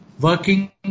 working